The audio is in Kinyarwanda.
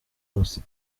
bose